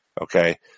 Okay